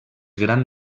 gran